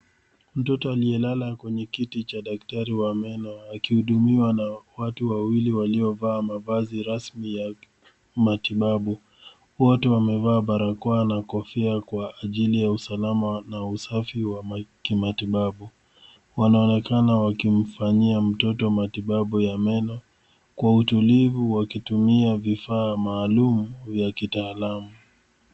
mtoto aliyelala kwenye kiti cha daktari wa meno akihudumiwa na watu wawili waliovaa mavazi rasmi ya matibabu, wote wamevaa barakoa na kofia kwa ajili ya usalama na usafi wa kimatibabu. Wanaonekana wakimfanyia mtoto matibabu ya meno kwa utulivu wakitumia vifaa maalum vya kitaalamu.